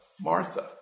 Martha